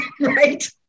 right